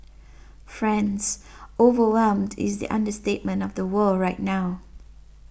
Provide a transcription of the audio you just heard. friends overwhelmed is the understatement of the world right now